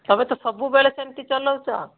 ତୁମେ ତ ସବୁବେଳେ ସେମତି ଚଲାଉଛ